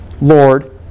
Lord